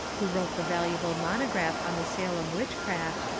who wrote the valuable monograph on the salem witchcraft,